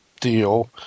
deal